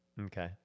Okay